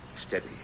Steady